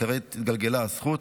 וכעת התגלגלה הזכות.